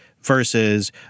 versus